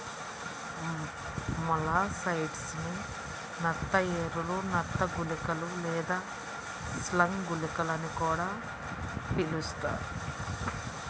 molluscicides ని నత్త ఎరలు, నత్త గుళికలు లేదా స్లగ్ గుళికలు అని కూడా పిలుస్తారు